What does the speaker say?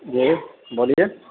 جی بولیے